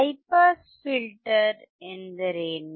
high pass filter ಎಂದರೆ ಏನು